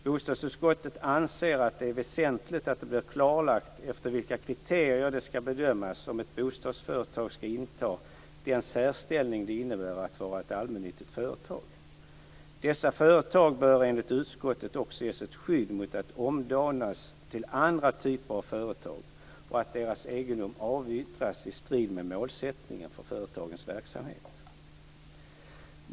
Bostadsutskottet anser att det är väsentligt att det blir klarlagt efter vilka kriterier det skall bedömas om ett bostadsföretag skall inta den särställning det innebär att vara ett allmännyttigt företag. Dessa företag bör enligt utskottet också ges ett skydd mot att de omdanas till andra typer av företag och att deras egendom avyttras i strid med målsättningen för företagens verksamhet.